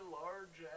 large